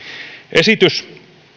esitys